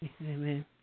Amen